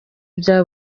bya